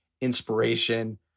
inspiration